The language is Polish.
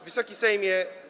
Wysoki Sejmie!